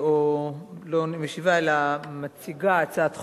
כאן, או לא אני משיבה, אלא מציגה הצעת חוק,